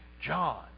John